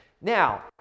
Now